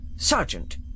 Sergeant